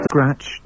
Scratch